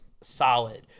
solid